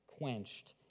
Quenched